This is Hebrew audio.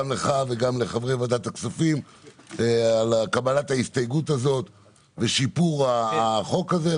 גם לך וגם לחברי ועדת הכספים על קבלת ההסתייגות הזאת ושיפור החוק הזה,